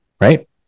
right